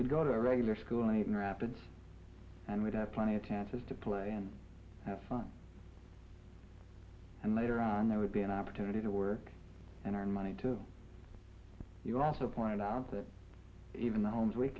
e go to a regular school in rapids and we'd have plenty of chances to play and have fun and later on there would be an opportunity to work and earn money to you also point out that even the homes we